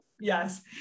Yes